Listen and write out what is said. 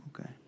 Okay